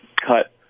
cut